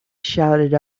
shouted